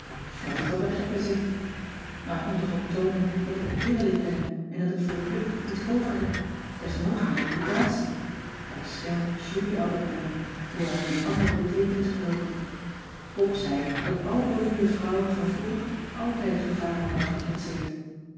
wat is dat een gekke zin maar ik moet toch ook toonen dat ik een eere lid ben en dat ik voor de club iets over heb desnoods mijn reputatie daar schermt julie altijd mee hoewel in een andere beteekenis geloof ik pop zei dat alle beroemde vrouwen van vroeger altijd gevaren hadden getrotseerd